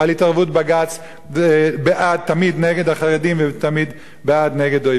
בג"ץ תמיד נגד החרדים ותמיד בעד אויביהם.